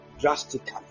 drastically